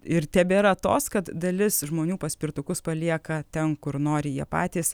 ir tebėra tos kad dalis žmonių paspirtukus palieka ten kur nori jie patys